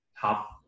top